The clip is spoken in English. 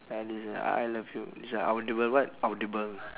uh this like I love you it's like audible what audible